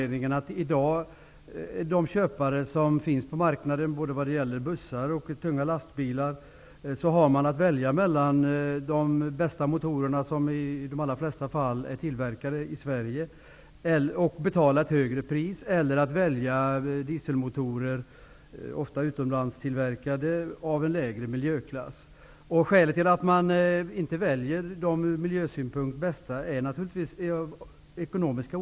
De köpare som finns på marknaden när det gäller både bussar och tunga lastbilar har i dag att välja mellan de bästa motorerna som oftast är tillverkade i Sverige och betingar ett högre pris och mellan dieselmotorer av utländsk tillverkning som har en lägre miljöklass. Orsakerna till att man inte väljer sådana motorer som är bäst från miljösynpunkt är naturligtvis ekonomiska.